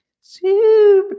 Super